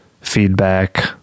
feedback